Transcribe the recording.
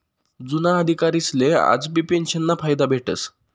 जुना अधिकारीसले आजबी पेंशनना फायदा भेटस